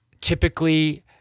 typically